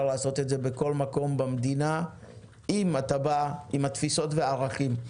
לעשות את זה בכל מקום במדינה אם אתה בא עם התפיסות והערכים.